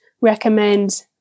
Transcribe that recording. recommend